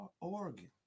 Oregon